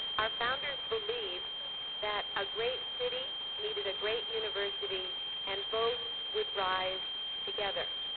our founders believed that a great city needed a great university and both would rise together.